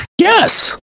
yes